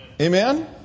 Amen